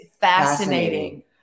fascinating